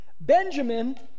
Benjamin